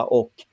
och